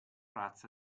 razza